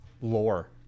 lore